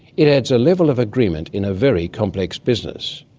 it adds a level of agreement in a very complex business.